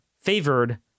favored